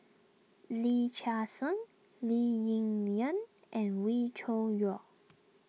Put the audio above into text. Lee Chia Hsing Lee Ling Yen and Wee Cho Yaw